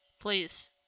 please